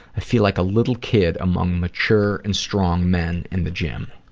i feel like a little kid among mature and strong men in the gym.